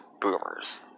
boomers